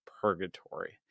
purgatory